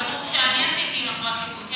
מבירור שעשיתי עם הפרקליטות,